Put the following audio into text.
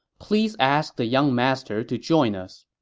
please ask the young master to join us.